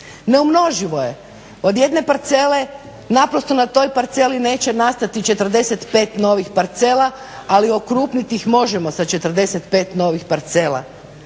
No umnoživo je od jedne parcele, naprosto na toj parceli neće nastati 45 novih parcela ali okrupnit ih možemo sa 45 novih parcela.